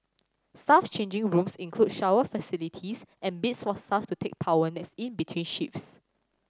staff changing rooms include shower facilities and beds for staff to take power naps in between shifts